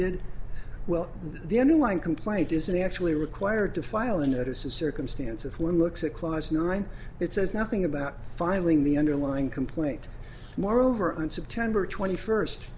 did well the underlying complaint is actually required to file a notice of circumstance if one looks at clause nine it says nothing about filing the underlying complaint moreover on september twenty first